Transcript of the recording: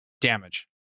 damage